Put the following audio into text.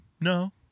No